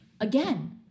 again